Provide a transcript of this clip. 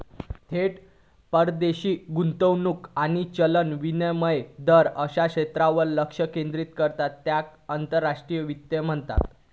थेट परदेशी गुंतवणूक आणि चलन विनिमय दर अश्या क्षेत्रांवर लक्ष केंद्रित करता त्येका आंतरराष्ट्रीय वित्त म्हणतत